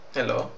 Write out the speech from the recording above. Hello